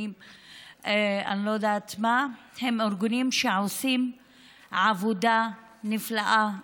הם ארגונים שעושים עבודה נפלאה,